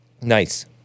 Nice